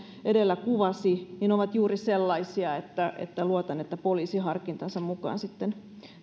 edellä kuvasi ovat juuri sellaisia joissa luotan että poliisi harkintansa mukaan sitten